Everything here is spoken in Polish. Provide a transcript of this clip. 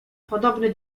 podobny